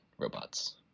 robots